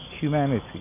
Humanity